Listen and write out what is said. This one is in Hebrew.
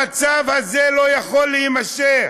המצב הזה לא יכול להימשך.